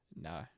no